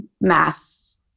mass